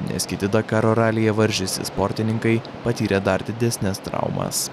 nes kiti dakaro ralyje varžęsi sportininkai patyrė dar didesnes traumas